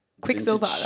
Quicksilver